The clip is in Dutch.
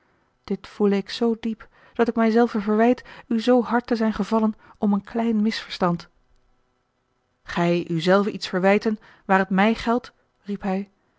dit voele ik zoo diep dat ik mij zelve verwijt u zoo hard te zijn gevallen om een klein misverstand gij u zelven iets verwijten waar het mij geldt riep hij